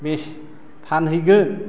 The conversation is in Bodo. मिस फानहैगोन